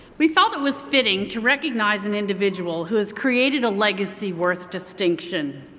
we felt it was fitting to recognize an individual who has created a legacy worth distinction.